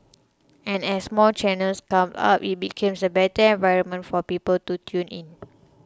and as more channels come up it becomes a better environment for people to tune in